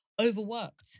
overworked